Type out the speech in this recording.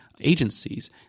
agencies